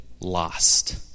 lost